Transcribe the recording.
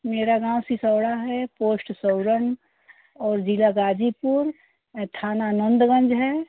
मेरा गाँव सिसौड़ा है पोष्ट और ज़िला ग़ाज़ीपुर थाना नंदगंज है